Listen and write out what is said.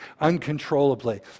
uncontrollably